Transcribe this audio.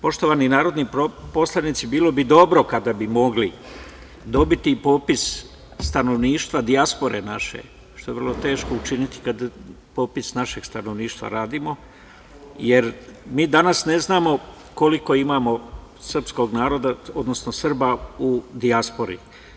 Poštovani narodni poslanici, bilo bi dobro kada bi mogli dobiti i popis stanovništva dijaspore naše, što je vrlo teško učiniti kada popis našeg stanovništva radimo, jer mi danas ne znamo koliko imamo srpskog naroda, odnosno Srba u dijaspori.